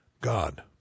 God